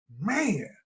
man